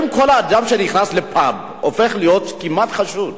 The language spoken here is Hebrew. אם כל אדם שנכנס לפאב הופך להיות כמעט חשוד,